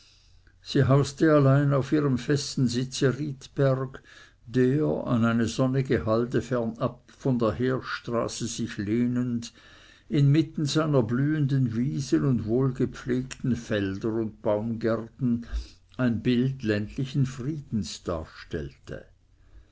sie hauste allein auf ihrem festen sitze riedberg der an eine sonnige halde fernab von der heerstraße sich lehnend inmitten seiner blühenden wiesen und wohlgepflegten felder und baumgärten ein bild ländlichen friedens darstellte